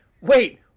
wait